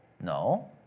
No